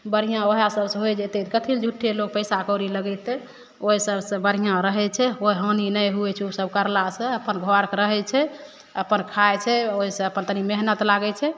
बढ़ियाँ ओहए सबसँ होइ जेतै कथी लऽ झूठ्ठे लोग पैसा कौड़ी लगेतै ओइ सब से बढ़ियाँ रहै छै कोइ हानि नै हुवै छै ऊ सब करला से अपन घर के रहै छै अपन खाइ छै ओइसे अपन तनी मेहनत लागै छै